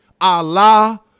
Allah